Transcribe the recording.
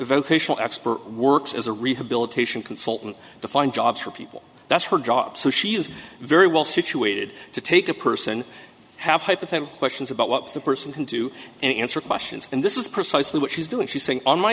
vocational expert works as a rehabilitation consultant to find jobs for people that's her job so she is very well situated to take a person have hypothetical questions about what the person can do and answer questions and this is precisely what she's doing she's saying on my